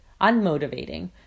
unmotivating